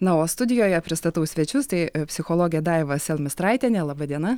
na o studijoje pristatau svečius tai psichologė daiva selmistraitienė laba diena